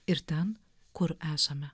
ir ten kur esame